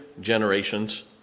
generations